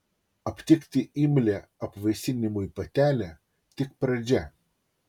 aptikti imlią apvaisinimui patelę tik pradžia